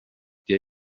der